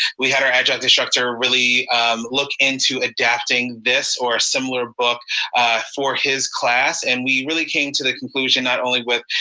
we had our adjunct instructor really look into adapting this or a similar book for his class. and we really came to the conclusion, not only with,